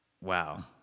wow